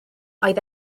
oedd